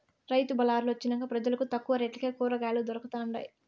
రైతు బళార్లు వొచ్చినంక పెజలకు తక్కువ రేట్లకే కూరకాయలు దొరకతండాయి